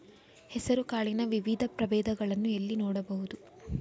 ಹೆಸರು ಕಾಳಿನ ವಿವಿಧ ಪ್ರಭೇದಗಳನ್ನು ಎಲ್ಲಿ ನೋಡಬಹುದು?